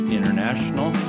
International